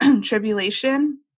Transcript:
tribulation